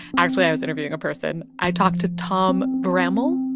actually, i was interviewing a person. i talked to tom bramell.